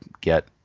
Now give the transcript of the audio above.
get